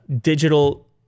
digital